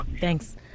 Thanks